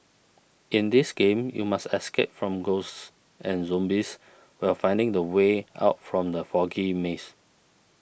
in this game you must escape from ghosts and zombies while finding the way out from the foggy maze